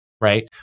right